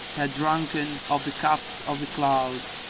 had drunken of the cups of the cloud,